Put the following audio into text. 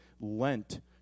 Lent